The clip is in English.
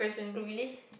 really